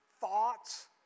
thoughts